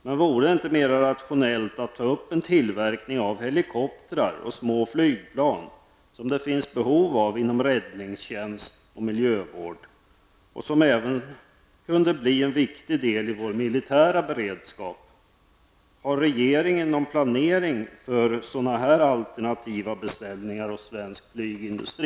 Men vore det inte mer rationellt att ta upp en tillverkning av helikoptrar och små flygplan, som det ju finns behov av inom räddningstjänst och miljövård och som även kan bli viktiga delar i vår militära beredskap? Har regeringen någon planering för sådana alternativa beställningar hos svensk flygindustri?